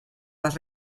les